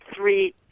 three